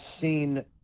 seen